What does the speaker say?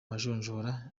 majonjora